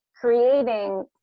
creating